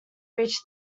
reach